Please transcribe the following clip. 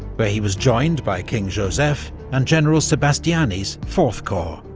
where he was joined by king joseph and general sebastiani's fourth corps.